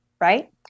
right